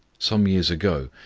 some years ago,